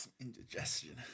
indigestion